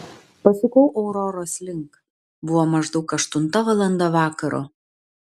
pasukau auroros link buvo maždaug aštunta valanda vakaro